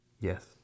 Yes